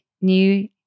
new